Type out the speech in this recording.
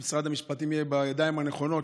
משרד המשפטים יהיה בידיים הנכונות,